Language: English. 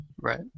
Right